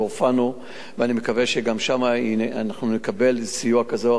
ואני מקווה שגם שם אנחנו נקבל סיוע כזה או אחר,